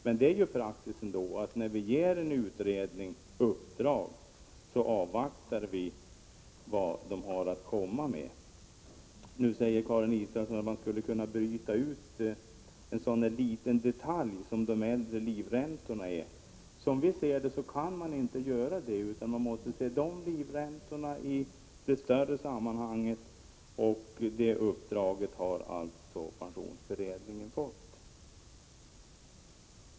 Men praxis är ändå att när vi ger en utredning uppdrag så avvaktar vi vad den har att komma med. Nu säger Karin Israelsson att man skulle kunna bryta ut en sådan liten detalj som de äldre livräntorna. Enligt vår uppfattning kan man inte göra det, utan man måste se de livräntorna i det större sammanhanget, och det uppdraget har alltså pensionsberedningen fått.